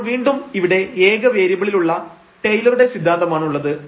അപ്പോൾ വീണ്ടും ഇവിടെ ഏക വേരിയബിളിൽ ഉള്ള ഒരു ടൈലറുടെ സിദ്ധാന്തമാണുള്ളത്